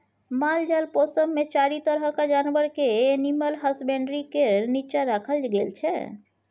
मालजाल पोसब मे चारि तरहक जानबर केँ एनिमल हसबेंडरी केर नीच्चाँ राखल गेल छै